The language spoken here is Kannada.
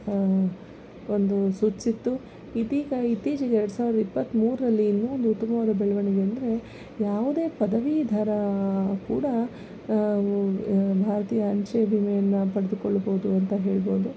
ಒಂದು ಸೂಚಿಸಿತ್ತು ಇದೀಗ ಇತ್ತೀಚೆಗೆ ಎರಡು ಸಾವಿರದ ಇಪ್ಪತ್ತ್ಮೂರರಲ್ಲಿ ಇನ್ನೂ ಒಂದು ಉತ್ತಮವಾದ ಬೆಳವಣಿಗೆ ಅಂದರೆ ಯಾವುದೇ ಪದವೀಧರ ಕೂಡ ಭಾರತೀಯ ಅಂಚೆ ವಿಮೆಯನ್ನು ಪಡೆದುಕೊಳ್ಬೌದು ಅಂತ ಹೇಳ್ಬೋದು